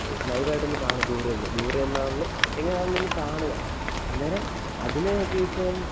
live ആയിട്ടൊന്ന് കാണുക ദൂരെ നിന്ന് ദൂരെ നിന്നാണെങ്കിലും എങ്ങനെയാണെങ്കിലും ഒന്ന് കാണുക അന്നേരം അതിനെയൊക്കെ ഇപ്പോൾ